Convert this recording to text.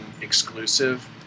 exclusive